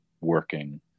working